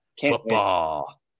football